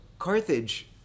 Carthage